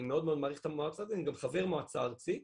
אני מאוד מעריך את המועצה ואני גם חבר המועצה הארצית